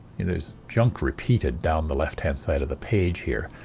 it is junk repeated down the left-hand side of the page here.